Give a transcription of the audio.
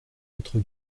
votre